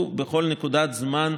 בכל נקודת זמן ספציפית,